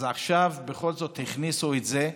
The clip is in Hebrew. אז עכשיו בכל זאת הכניסו את זה,